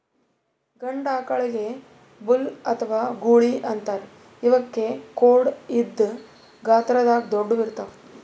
ಗಂಡ ಆಕಳಿಗ್ ಬುಲ್ ಅಥವಾ ಗೂಳಿ ಅಂತಾರ್ ಇವಕ್ಕ್ ಖೋಡ್ ಇದ್ದ್ ಗಾತ್ರದಾಗ್ ದೊಡ್ಡುವ್ ಇರ್ತವ್